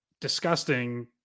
disgusting